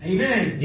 Amen